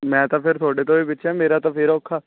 ਮੈਂ ਤਾਂ ਫਿਰ ਤੁਹਾਡੇ ਤੋਂ ਵੀ ਪਿੱਛੇ ਮੇਰਾ ਤਾਂ ਫਿਰ ਔਖਾ